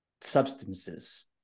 substances